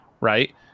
right